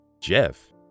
Jeff